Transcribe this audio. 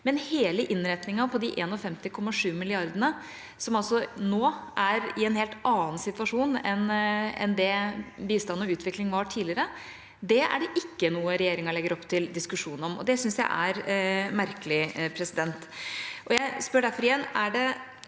Hele innretningen på de 51,7 mrd. kr, som nå er i en helt annen situasjon enn det bistand og utvikling var tidligere, er ikke noe regjeringa legger opp til diskusjon om. Det syns jeg er merkelig. Jeg spør derfor igjen: Er det andre